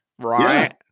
Right